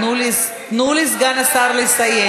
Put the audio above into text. תנו לסגן השר לסיים.